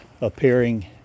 appearing